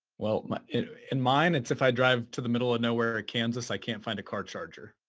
well in mind it's if i drive to the middle of nowhere kansas, i can't find a car charger.